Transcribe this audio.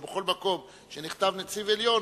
ובכל מקום שנכתב "נציב עליון",